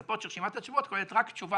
לצפות שרשימת התשובות כוללת רק תשובה